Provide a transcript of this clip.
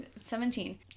Seventeen